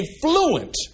fluent